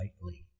lightly